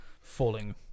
falling